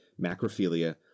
macrophilia